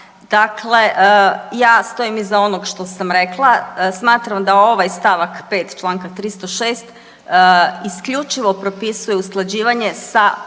dakle ja stojim iza onog što sam rekla, smatram da ovaj st. 5. čl. 306. isključivo propisuje usklađivanje sa